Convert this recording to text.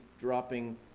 dropping